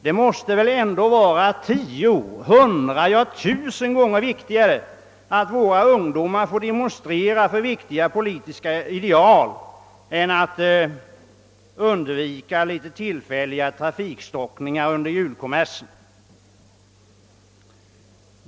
Det måste väl ändå vara tio, hundra, ja, tusen gånger viktigare att våra ungdomar får demonstrera för väsentliga politiska ideal än att undvika litet tillfälliga trafikstockningar under julkommersen.